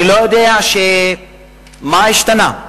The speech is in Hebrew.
אני לא יודע מה השתנה.